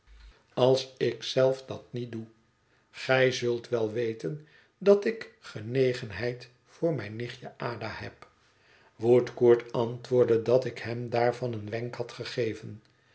als ik zelf dat niet doe gij zult wel weten dat ik genegenheid voor mijn nichtje ada heb woodcourt antwoordde dat ik hem daarvan een wenk had gegeven